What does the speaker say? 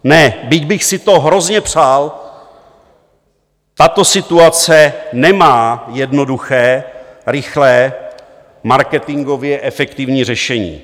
Ne, byť bych si to hrozně přál, tato situace nemá jednoduché, rychlé, marketingově efektivní řešení.